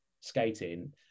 skating